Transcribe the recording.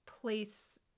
place